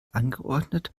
angeordnet